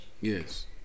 Yes